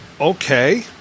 okay